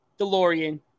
DeLorean